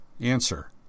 Answer